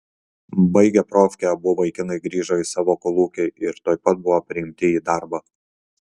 baigę profkę abu vaikinai grįžo į savo kolūkį ir tuoj pat buvo priimti į darbą